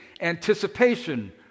anticipation